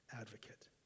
advocate